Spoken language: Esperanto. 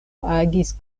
agis